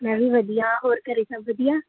ਮੈਂ ਵੀ ਵਧੀਆ ਹੋਰ ਘਰ ਸਭ ਵਧੀਆ